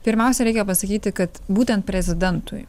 pirmiausia reikia pasakyti kad būtent prezidentui